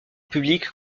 publique